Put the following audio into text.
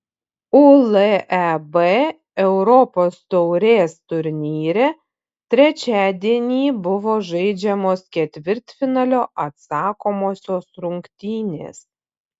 uleb europos taurės turnyre trečiadienį buvo žaidžiamos ketvirtfinalio atsakomosios rungtynės